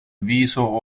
viso